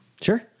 Sure